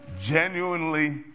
genuinely